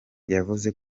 yavuze